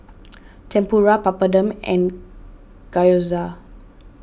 Tempura Papadum and Gyoza